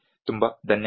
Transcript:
ತುಂಬ ಧನ್ಯವಾದಗಳು